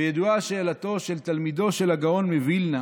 וידועה שאלתו של תלמידו של הגאון מווילנה